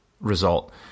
result